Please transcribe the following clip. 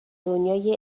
دنیای